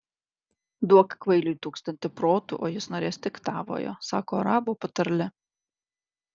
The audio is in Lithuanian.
duok kvailiui tūkstantį protų o jis norės tik tavojo sako arabų patarlė